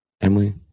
Emily